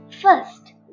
First